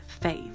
faith